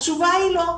התשובה היא לא.